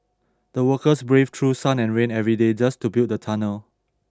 the workers braved through sun and rain every day just to build the tunnel